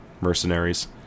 mercenaries